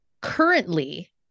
Currently